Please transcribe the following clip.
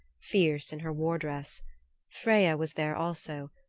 fierce in her war-dress freya was there also,